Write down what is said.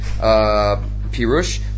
pirush